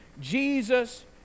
Jesus